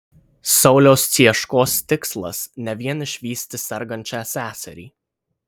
sauliaus cieškos tikslas ne vien išvysti sergančią seserį